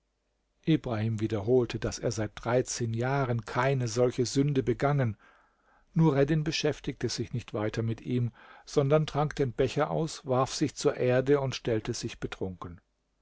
ibrahim wiederholte daß er seit dreizehn jahren keine solche sünde begangen nureddin beschäftigte sich nicht weiter mit ihm sondern trank den becher aus warf sich zur erde und stellte sich betrunken